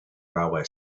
railway